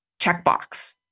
checkbox